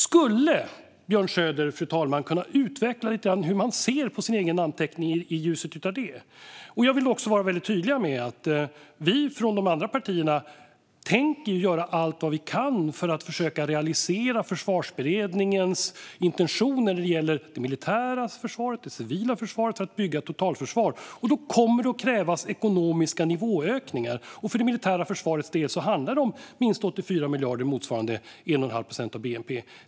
Skulle Björn Söder, fru talman, kunna utveckla hur man ser på sin egen namnteckning i ljuset av detta? Jag vill vara väldigt tydlig med att vi från de andra partierna tänker göra allt vi kan för att försöka realisera Försvarsberedningens intentioner när det gäller det militära och det civila försvaret för att bygga ett totalförsvar. Då kommer det att krävas ekonomiska nivåökningar. För det militära försvarets del handlar det om minst 84 miljarder, motsvarande 1,5 procent av bnp.